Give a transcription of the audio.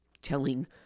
telling